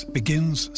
begins